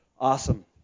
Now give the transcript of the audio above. Awesome